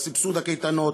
על סבסוד הקייטנות,